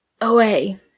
away